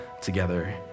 together